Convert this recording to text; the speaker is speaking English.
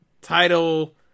title